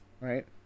right